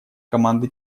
команды